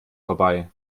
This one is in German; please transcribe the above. vorbei